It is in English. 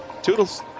Toodles